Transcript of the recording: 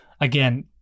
again